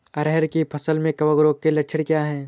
अरहर की फसल में कवक रोग के लक्षण क्या है?